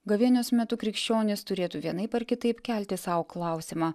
gavėnios metu krikščionys turėtų vienaip ar kitaip kelti sau klausimą